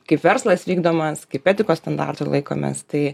kaip verslas vykdomas kaip etikos standartų laikomės tai